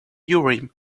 urim